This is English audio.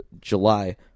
July –